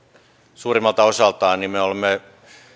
suurimmalta osaltaan me olemme